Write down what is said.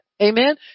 Amen